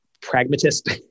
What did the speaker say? pragmatist